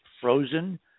frozen